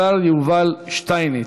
השר יובל שטייניץ,